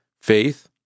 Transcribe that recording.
Faith